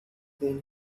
then